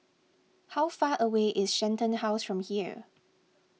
how far away is Shenton House from here